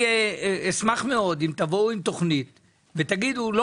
אשמח מאוד אם תבואו עם תוכנית ותגידו לא